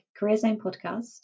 careerzonepodcast